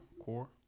core